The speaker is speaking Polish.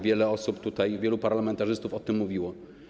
Wiele osób, wielu parlamentarzystów o tym mówiło.